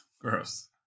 Gross